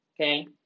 Okay